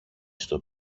στο